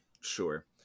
Sure